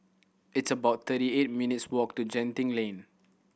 it's about thirty eight minutes' walk to Genting Lane